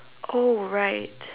oh right